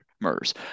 Murders